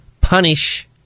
punish